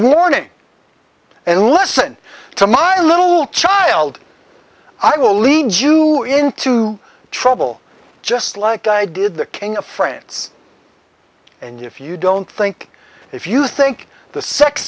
warning and listen to my little child i will lead you into trouble just like i did the king of france and you if you don't think if you think the sex